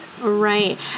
right